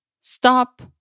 stop